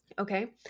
Okay